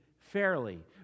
fairly